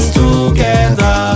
together